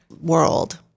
world